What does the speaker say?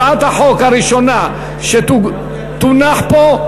הצעת החוק הראשונה שתונח פה,